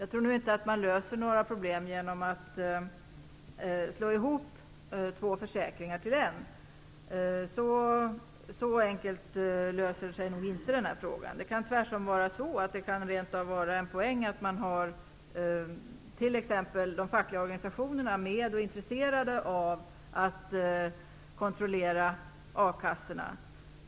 Jag tror nu inte att man löser några problem så enkelt som genom att slå ihop två försäkringar till en. Tvärtom kan det rent av vara en poäng att t.ex. de fackliga organisationerna är med och att de är intresserade av att kontrollera akassorna.